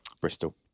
Bristol